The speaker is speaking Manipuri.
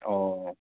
ꯑꯣ